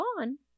on